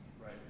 Right